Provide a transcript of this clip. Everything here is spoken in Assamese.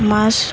মাছ